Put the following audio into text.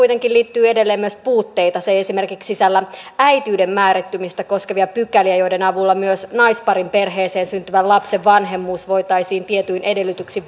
kuitenkin liittyy edelleen myös puutteita se ei esimerkiksi sisällä äitiyden määrittymistä koskevia pykäliä joiden avulla myös naisparin perheeseen syntyvän lapsen vanhemmuus voitaisiin tietyin edellytyksin